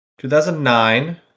2009